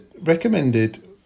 recommended